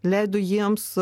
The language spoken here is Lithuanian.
leido jiems